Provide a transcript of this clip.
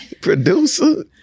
producer